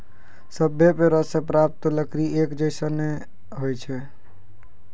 सभ्भे पेड़ों सें प्राप्त लकड़ी एक जैसन नै होय छै